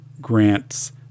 grants